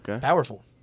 powerful